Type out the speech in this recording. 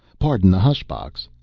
pardon the hush box.